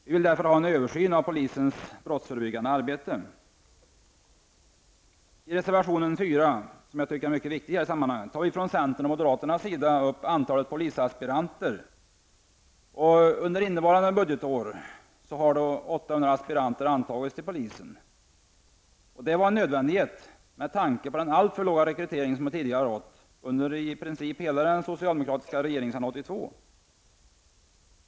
Vi vill därför ha till stånd en översyn av polisens brottsförebyggande arbete. I reservation 4, som jag tycker är mycket viktig i detta sammanhang, tar vi från centerns och moderaternas sida upp antalet polisaspiranter. Under innevarande budgetår har 800 aspiranter antagits till polisen. Detta var en nödvändighet med tanke på den alltför låga rekrytering som tidigare har skett under i princip hela den socialdemokratiska regeringsperioden sedan 1982.